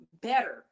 better